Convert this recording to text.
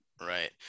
Right